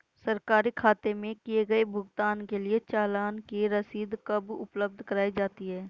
सरकारी खाते में किए गए भुगतान के लिए चालान की रसीद कब उपलब्ध कराईं जाती हैं?